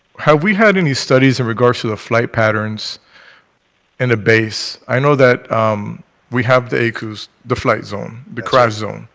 have we had any studies in regards to the flight patterns in the base? i know that we have the aicuz, the flight zone, the crash zone.